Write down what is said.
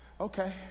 okay